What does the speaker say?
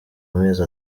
amezi